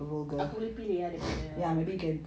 aku boleh pilih ah dia punya